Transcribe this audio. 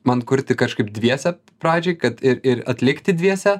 man kurti kažkaip dviese pradžioj kad ir ir atlikti dviese